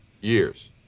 years